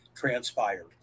transpired